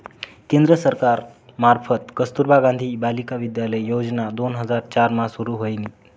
केंद्र सरकार मार्फत कस्तुरबा गांधी बालिका विद्यालय योजना दोन हजार चार मा सुरू व्हयनी